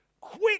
quick